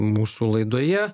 mūsų laidoje